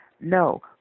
No